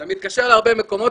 אתה מתקשר להרבה מקומות,